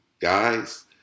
guys